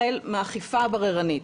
החל מאכיפה בררנית,